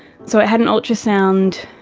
so i had an ultrasound,